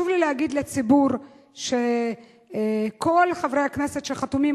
חשוב לי להגיד לציבור שכל חברי הכנסת החתומים,